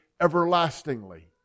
everlastingly